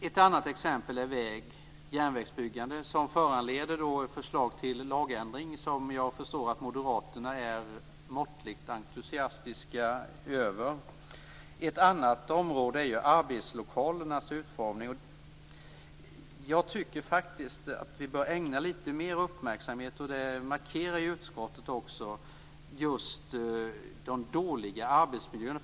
Ett annat exempel är järnvägsbyggandet, som föranleder förslag till en lagändring. Såvitt jag förstår är moderaterna måttligt entusiastiska över detta. Ytterligare ett område är arbetslokalernas utformning. Jag tycker faktiskt att vi bör ägna litet större uppmärksamhet åt och i utskottet markera just de dåliga arbetsmiljöerna.